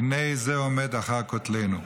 "הנה זה עומד אחר כתלנו".